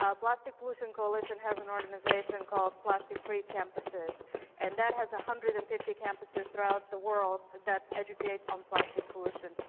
ah plastic pollution coalition has an organization called plastic free campuses and that has one hundred and fifty campuses throughout the world that educate on plastic pollution.